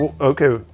Okay